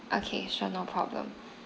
okay sure no problem